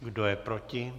Kdo je proti?